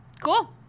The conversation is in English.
Cool